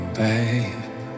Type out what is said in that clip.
babe